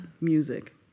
music